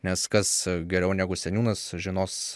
nes kas geriau negu seniūnas žinos